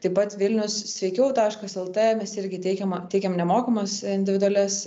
taip pat vilnius sveikiau taškas lt mes irgi teikiama teikiam nemokamas individualias